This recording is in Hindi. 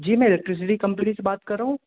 जी मैं इलेक्ट्रिसिटी कंपनी से बात कर रहा हूँ